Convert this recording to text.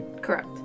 Correct